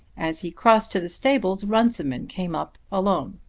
as he crossed to the stables runciman came up alone.